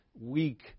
weak